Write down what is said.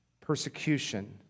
persecution